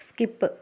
skip